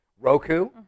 Roku